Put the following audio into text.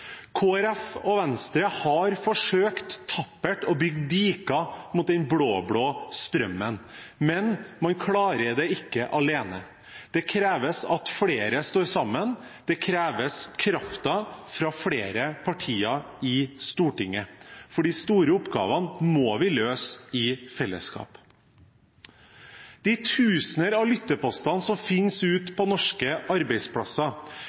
og Venstre har tappert forsøkt å bygge diker mot den blå-blå strømmen, men man klarer det ikke alene. Det kreves at flere står sammen, det kreves kraften fra flere partier i Stortinget, for de store oppgavene må vi løse i fellesskap. De tusener av lytteposter som finnes ute på norske arbeidsplasser,